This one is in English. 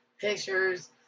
pictures